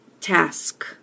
Task